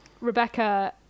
Rebecca